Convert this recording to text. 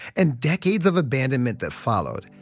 and decades of abandonment that followed,